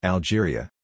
Algeria